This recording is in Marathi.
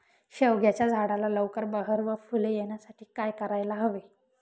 शेवग्याच्या झाडाला लवकर बहर व फूले येण्यासाठी काय करायला हवे?